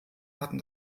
hatten